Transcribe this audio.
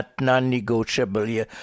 non-negotiable